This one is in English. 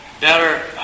better